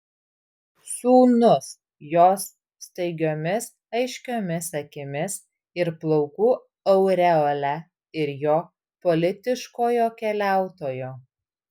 sūnus jos staigiomis aiškiomis akimis ir plaukų aureole ir jo politiškojo keliautojo